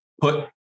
put